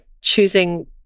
choosing